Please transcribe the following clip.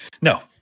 No